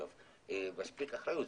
מספיקה אחריות.